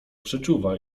przeczuwa